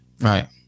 Right